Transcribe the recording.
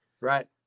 right